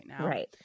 right